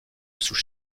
sous